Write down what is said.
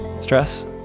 stress